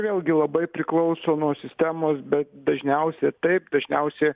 vėlgi labai priklauso nuo sistemos bet dažniausia taip dažniausiai